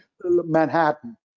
Manhattan